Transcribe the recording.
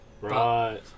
Right